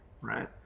right